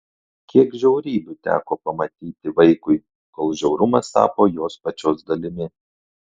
kiek žiaurybių teko pamatyti vaikui kol žiaurumas tapo jos pačios dalimi